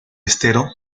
estero